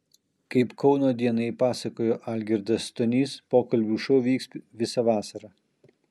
kaip kauno dienai pasakojo algirdas stonys pokalbių šou vyks visą vasarą